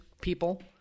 people